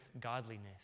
godliness